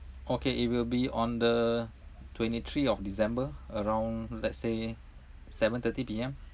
okay it will be on the twenty three of december around let's say seven thirty P_M